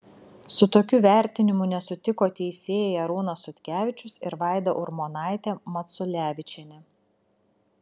su tokiu vertinimu nesutiko teisėjai arūnas sutkevičius ir vaida urmonaitė maculevičienė